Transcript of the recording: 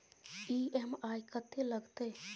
EMI कत्ते लगतै?